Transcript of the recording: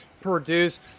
produce